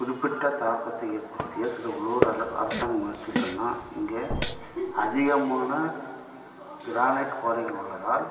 குறிப்பிட்ட தாக்கத்தை ஏற்படுத்திய சில உலோக அல அரசாங்க முயற்சிகள் என்னன்னா இங்கே அதிகமான கிரானெட் குவாரிகள் உள்ளதால்